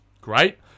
Great